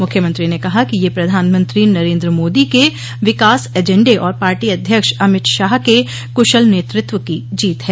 मुख्यमंत्री ने कहा कि यह प्रधानमंत्री नरेन्द्र मोदी के विकास ऐजेंडे और पार्टी अध्यक्ष अमित शाह के क्शल नेतृत्व की जीत है